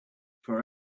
for